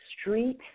street